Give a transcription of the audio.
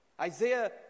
isaiah